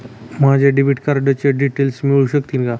माझ्या डेबिट कार्डचे डिटेल्स मिळू शकतील का?